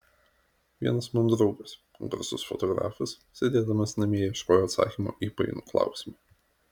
vienas mano draugas garsus fotografas sėdėdamas namie ieškojo atsakymo į painų klausimą